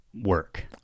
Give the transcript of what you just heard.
work